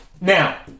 Now